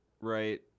right